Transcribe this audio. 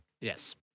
Yes